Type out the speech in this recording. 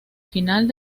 final